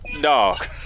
Dog